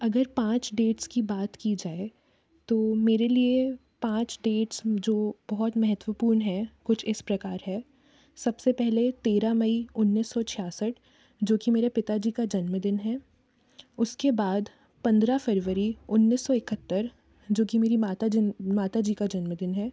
अगर पाँच डेट्स की बात की जाए तो मेरे लिए पाँच डेट्स जो बहुत महत्वपूर्ण हैं कुछ इस प्रकार हैं सबसे पहले तेरह मई उन्नीस सौ छियासठ जो कि मेरे पिता जी का जन्मदिन है उसके बाद पंद्रह फरवरी उन्नीस सौ इकहत्तर जो कि मेरी माताजुन माता जी का जन्मदिन है